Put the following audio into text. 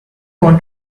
want